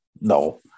No